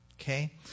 Okay